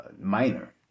Minor